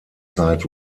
zeit